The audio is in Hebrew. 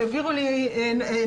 הם העבירו לי נוסח.